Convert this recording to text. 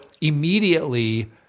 immediately